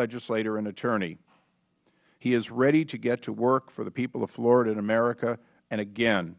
legislator and attorney he is ready to get to work for the people of florida and america and again